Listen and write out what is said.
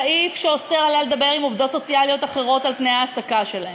סעיף שאוסר עליה לדבר עם עובדות סוציאליות אחרות על תנאי ההעסקה שלהן.